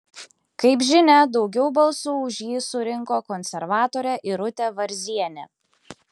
kaip žinia daugiau balsų už jį surinko konservatorė irutė varzienė